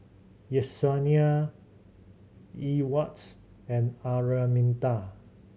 Yesenia Ewart and Araminta